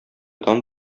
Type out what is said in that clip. дан